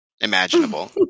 imaginable